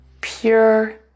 pure